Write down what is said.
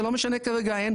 זה לא משנה כרגע,